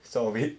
solve it